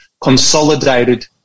consolidated